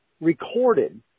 recorded